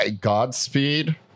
godspeed